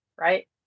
right